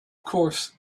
course